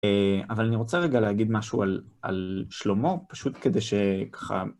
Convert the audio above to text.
אבל אני רוצה רגע להגיד משהו על שלמה, פשוט כדי שככה...